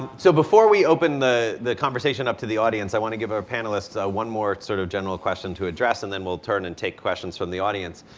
so before we open the the conversation up to the audience i want to give our panelists one more sort of general question to address and then we'll turn and take questions from the audience.